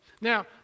Now